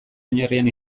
oinarrian